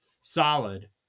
solid